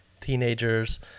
teenagers